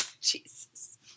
Jesus